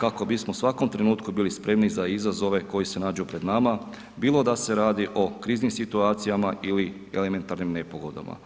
kako bismo u svakom trenutku bili spremni za izazove koji se nađu pred nama bilo da se radi o kriznim situacijama ili elementarnim nepogodama.